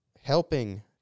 Helping